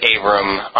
Abram